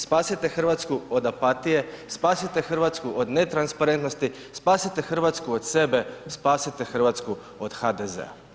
Spasite Hrvatsku od apatije, spasite Hrvatsku od netransparentnosti, spasite Hrvatsku od sebe, spasite Hrvatsku od HDZ-a.